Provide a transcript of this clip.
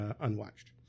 unwatched